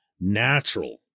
natural